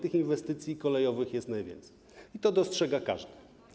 Tych inwestycji kolejowych jest najwięcej i to dostrzega każdy.